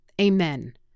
Amen